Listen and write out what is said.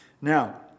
Now